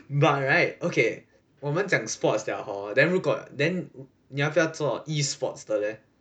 but right okay 我们讲 sports 了 hor then 如果 then 你要不要做 E sports 的 leh